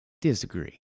disagree